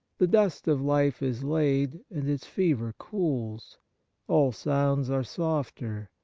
the dust of life is laid, and its fever cool. all sounds are softer,